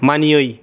मानियै